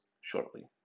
shortly